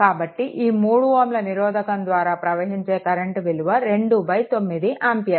కాబట్టి ఈ 3 Ω నిరోధకం ద్వారా ప్రవహించే కరెంట్ విలువ 29 ఆంపియర్